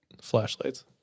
flashlights